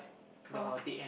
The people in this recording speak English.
cross